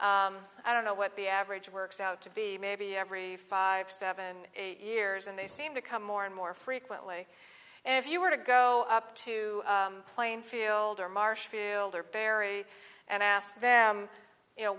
event i don't know what the average works out to be maybe every five seven eight years and they seem to come more and more frequently and if you were to go up to plainfield or marshfield or bury and ask them you know